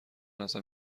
ازم